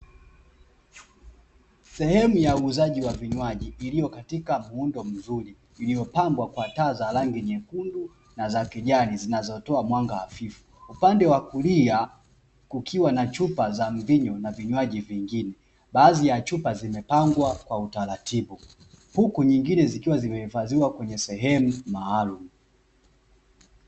Sehemu ya uuzaji wa vinywaji iliyo katika muundo mzuri iliyopambwa kwa taa za rangi nyekundu na za kijani zinazotoa mwanga hafifu, upande wa kulia kukiwa na chupa za mvinyo na vinywaji vingine baadhi ya chupa zimepangwa kwa utaratibu, huku zingine zikiwa zimehifadhiwa kwenye sehemu maalumu.